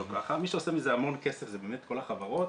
מי שעושה מזה המון כסף זה באמת כל החברות